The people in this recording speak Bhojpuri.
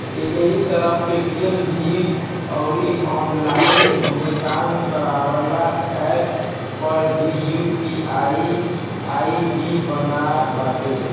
एही तरही पेटीएम, भीम अउरी ऑनलाइन भुगतान करेवाला एप्प पअ भी यू.पी.आई आई.डी बनत बाटे